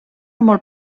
molt